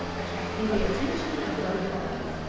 attracting the attention of both parties.